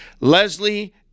Leslie